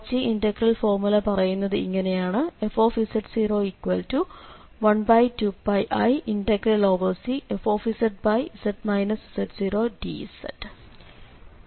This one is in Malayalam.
കോച്ചി ഇന്റഗ്രൽ ഫോർമുല പറയുന്നത് ഇങ്ങനെയാണ് fz012πiCfz z0dz